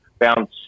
bounce